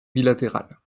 bilatérale